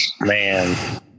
man